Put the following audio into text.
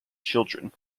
children